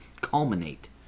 culminate